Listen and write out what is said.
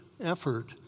effort